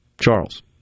Charles